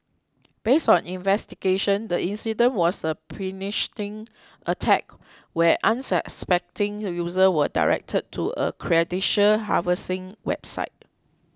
based on investigations the incident was a phishing attack where unsuspecting users were directed to a credential harvesting website